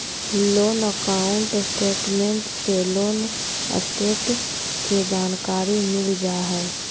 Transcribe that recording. loan account statement से loan status के जानकारी मिल जा हय